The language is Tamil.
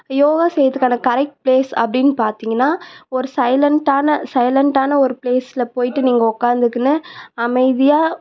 யோகா செய்கிறத்துக்கான கரெக்ட் ப்ளேஸ் அப்படின்னு பார்த்திங்கன்னா ஒரு சைலன்ட்டான சைலன்ட்டான ஒரு ப்ளேஸ்ல போய்ட்டு நீங்கள் உட்காந்துக்கின்னு அமைதியாக